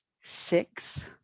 six